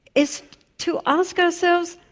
is to ask ourselves,